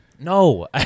No